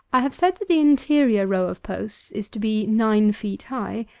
i have said that the interior row of posts is to be nine feet high,